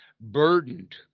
burdened